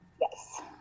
Yes